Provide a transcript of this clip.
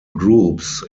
groups